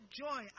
joy